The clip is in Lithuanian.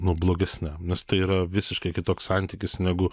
nu blogesniam nes tai yra visiškai kitoks santykis negu